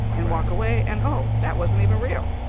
and walk away. and oh, that wasn't even real,